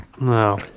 No